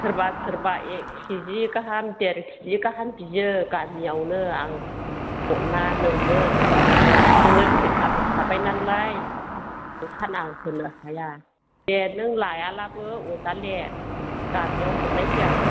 सोरबा सोरबा एक किजि गाहाम देर किजि गाहाम बियो गामियावनो आं ना नोंनो नोंनो थिका होखाबाय नालाय ओंखायनो होनो हाया दे नों लायाब्लाबो अरजाला गामियाव हरनायसै आं